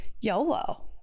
YOLO